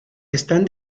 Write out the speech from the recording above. están